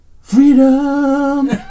freedom